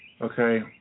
okay